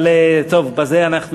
זה מה שקורה,